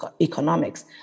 economics